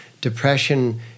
Depression